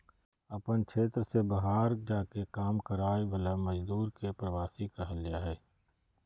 अपन क्षेत्र से बहार जा के काम कराय वाला मजदुर के प्रवासी कहल जा हइ